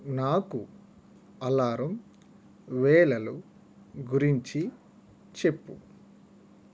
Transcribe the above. నాకు అలారం వేళలు గురించి చెప్పు